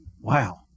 Wow